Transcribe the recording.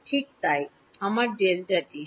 ঠিক তাই আমার Δt আছে